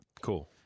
Cool